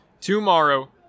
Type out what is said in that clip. tomorrow